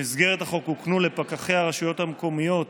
במסגרת החוק הוקנו לפקחי הרשויות המקומיות